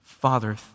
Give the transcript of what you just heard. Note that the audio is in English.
Father